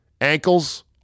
Ankles